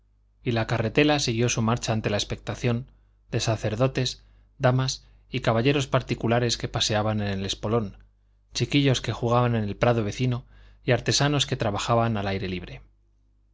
y la carretela siguió su marcha ante la expectación de sacerdotes damas y caballeros particulares que paseaban en el espolón chiquillos que jugaban en el prado vecino y artesanos que trabajaban al aire libre